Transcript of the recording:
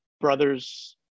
brother's